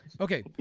Okay